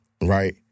right